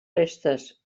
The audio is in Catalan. restes